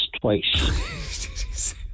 twice